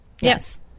Yes